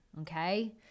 okay